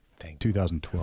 2012